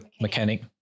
mechanic